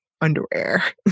underwear